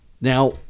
Now